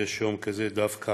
שיש יום כזה דווקא